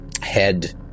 head